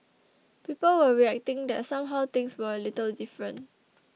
people were reacting that somehow things were a little different